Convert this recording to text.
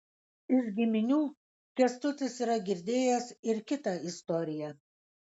iš giminių kęstutis yra girdėjęs ir kitą istoriją